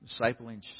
discipling